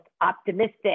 optimistic